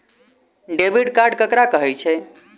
Debit card ककरा कहै छै?